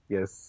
Yes